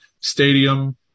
stadium